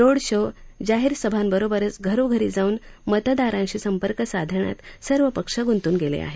road show जाहीर सभांबरोबरच घरोघरी जाऊन मतदारांशी संपर्क साधण्यात सर्व पक्ष गुंतून गेले आहेत